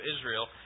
Israel